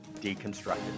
Deconstructed